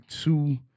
two